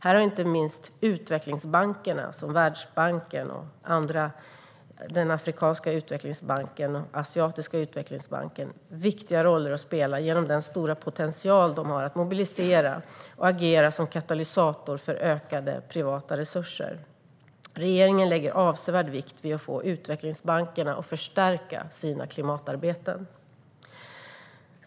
Här har inte minst utvecklingsbankerna - Världsbanken, Afrikanska utvecklingsbanken, Asiatiska utvecklingsbanken - viktiga roller att spela genom den stora potential de har att mobilisera och agera som katalysatorer för ökade, privata resurser. Regeringen lägger avsevärd vikt vid att få utvecklingsbankerna att förstärka sina klimatarbeten.